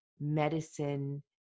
medicine